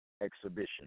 exhibition